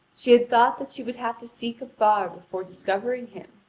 she had thought that she would have to seek afar before discovering him.